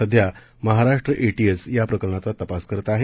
सध्या महाराष्ट्र एटीएस या प्रकरणाचा तपास करत आहे